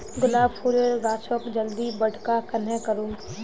गुलाब फूलेर गाछोक जल्दी बड़का कन्हे करूम?